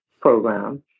Program